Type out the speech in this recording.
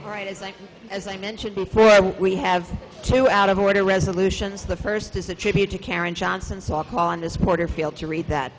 right as i mentioned before we have two out of order resolutions the first is a tribute to karen johnson softball and a supporter feel to read that